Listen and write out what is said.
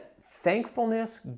thankfulness